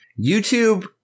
YouTube